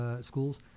schools